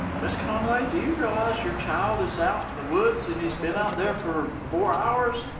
ms. conway, do you realize your child is out in the woods, and he's been out there for four hours?